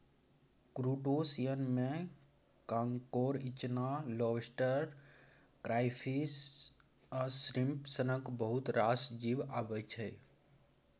क्रुटोशियनमे कांकोर, इचना, lobster, crayfish आ श्रिंप सनक बहुत रास जीब अबै छै